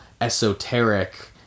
esoteric